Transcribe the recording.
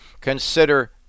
Consider